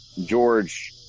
George